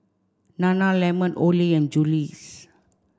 Nana lemon Olay and Julie's